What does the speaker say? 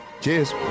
Cheers